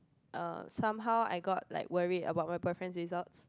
uh somehow I got like worried about my boyfriend's results